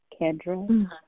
Kendra